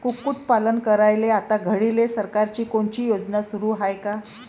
कुक्कुटपालन करायले आता घडीले सरकारची कोनची योजना सुरू हाये का?